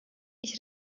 ich